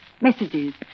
messages